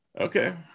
okay